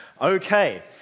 Okay